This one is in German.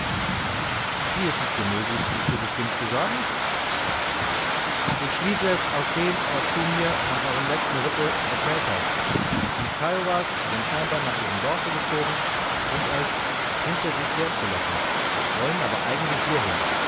wie ist es dir möglich dies so bestimmt zu sagen ich schließe es aus dem was du mir von eurem letzten ritte erzählt hast die kiowas sind scheinbar nach ihrem dorfe gezogen um euch hinter sich her zu locken wollen aber eigentlich hierher